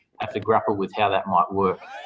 have to grapple with how that might work.